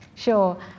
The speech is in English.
Sure